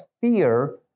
fear